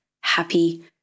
happy